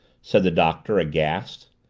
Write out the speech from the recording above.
said the doctor aghast.